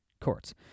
courts